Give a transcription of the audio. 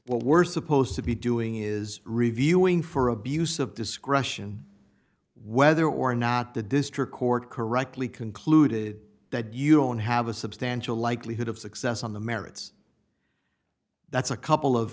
what we're supposed to be doing is reviewing for abuse of discretion whether or not the district court correctly concluded that you don't have a substantial likelihood of success on the merits that's a couple of